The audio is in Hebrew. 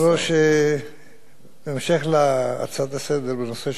בהמשך להצעה לסדר-היום בנושא של חבר הכנסת דוד אזולאי